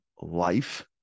Life